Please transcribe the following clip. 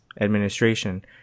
administration